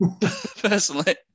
personally